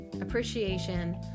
appreciation